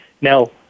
Now